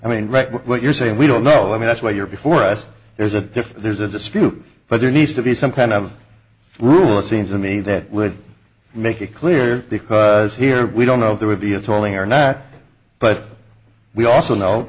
directly what you're saying we don't know i mean that's where you're before us there's a different there's a dispute but there needs to be some kind of rule it seems to me that would make it clear because here we don't know if there would be a tolling or not but we also know